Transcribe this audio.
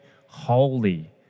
holy